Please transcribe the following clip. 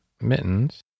mittens